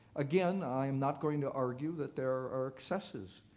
again, i am not going to argue that there are excesses.